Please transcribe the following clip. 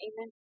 Amen